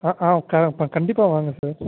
ஆ ஆ கண்டிப்பாக வாங்க சார்